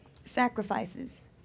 sacrifices